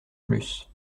plus